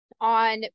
On